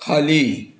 खाली